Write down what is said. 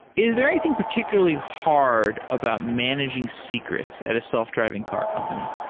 is there anything particularly hard about managing secrets at a self-driving car company?